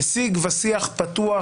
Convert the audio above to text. שזה בשיג ושיח פתוח,